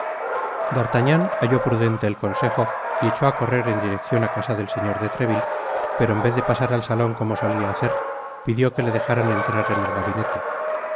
halló prudente el consejo y echó á correr en direccion á casa del señor de treville pero en vez de pasar al salon como solia hacer pidió que le dejáranentrar en el gabinete